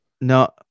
No